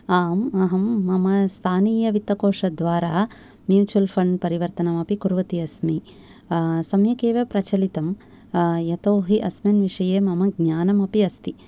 आम् अहं मम स्थानीय वित्तकोशद्वारा म्यूच्यवल् फण्ड् परिवर्तनमपि कुर्वती अस्मि सम्यक् एव प्रचलितं यतोहि अस्मिन् विषये मम ज्ञानम् अपि अस्ति